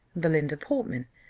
belinda portman.